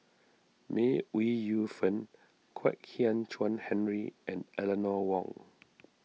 May Ooi Yu Fen Kwek Hian Chuan Henry and Eleanor Wong